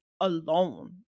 alone